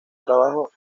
trabajo